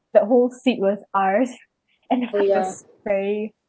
that whole seat was ours and that was very